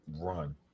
run